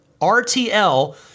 rtl